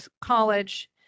college